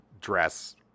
dress